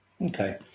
Okay